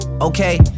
Okay